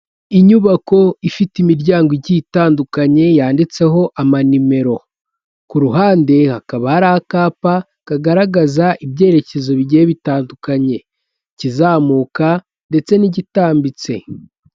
Inyubako ifite imiryango igiye itandukanye yanditseho amanimero. Ku ruhande hakaba hari akapa kagaragaza ibyerekezo bigiye bitandukanye. Ikizamuka ndetse n'igitambitse.